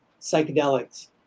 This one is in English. psychedelics